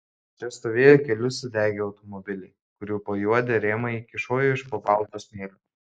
čia stovėjo keli sudegę automobiliai kurių pajuodę rėmai kyšojo iš po balto smėlio